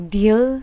deal